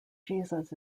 jesus